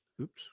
Oops